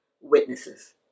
witnesses